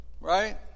Right